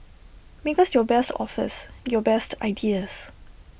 make us your best offers your best ideas